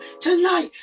tonight